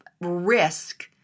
risk